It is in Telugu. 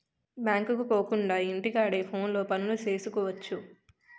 బ్యాంకుకు పోకుండా ఇంటి కాడే ఫోనులో పనులు సేసుకువచ్చు